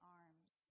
arms